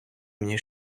мені